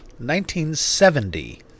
1970